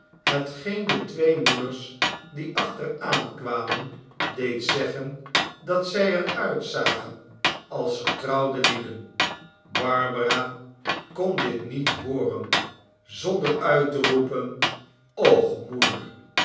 hetgeen de twee moeders die achteraan kwamen deed zeggen dat zij er uitzagen als getrouwde lieden barbara kon dit niet hooren zonder uit te roepen